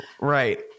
Right